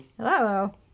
Hello